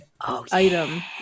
item